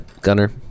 Gunner